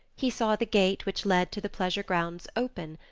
he saw the gate which led to the pleasure grounds open,